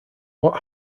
what